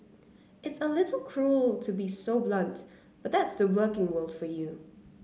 it's a little cruel to be so blunt but that's the working world for you